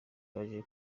baje